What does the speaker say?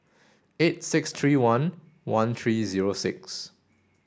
eight six three one one three zero six